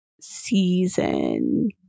season